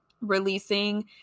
releasing